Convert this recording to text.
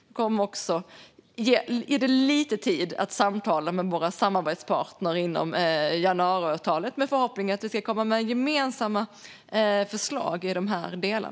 Vi kommer också att ge det lite tid att samtala med våra samarbetspartner inom januariavtalet med förhoppningen att vi ska kunna komma med gemensamma förslag i dessa delar.